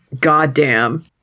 Goddamn